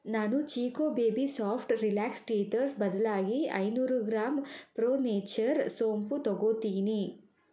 ನಾನು Chicco baby soft relax teethers ಬದಲಾಗಿ ಐನೂರು ಗ್ರಾಂ ಪ್ರೋ ನೇಚರ್ ಸೋಂಪು ತಗೋತೀನಿ